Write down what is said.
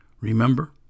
Remember